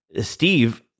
Steve